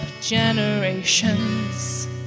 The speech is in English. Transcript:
generations